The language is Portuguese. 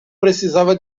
precisava